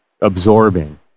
absorbing